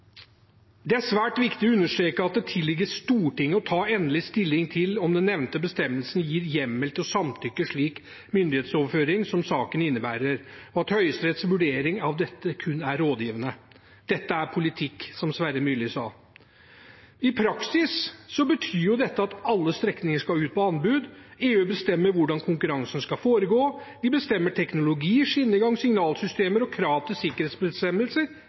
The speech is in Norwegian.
Det er svært viktig å understreke at det tilligger Stortinget å ta endelig stilling til om den nevnte bestemmelsen gir hjemmel til å samtykke slik myndighetsoverføring som saken innebærer, og at Høyesteretts vurdering av dette kun er rådgivende. Dette er politikk, som Sverre Myrli sa. I praksis betyr det at alle strekninger skal ut på anbud. EU bestemmer hvordan konkurransen skal foregå, og de bestemmer teknologi, skinnegang, signalsystemer og krav til sikkerhetsbestemmelser,